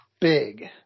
big